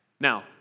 Now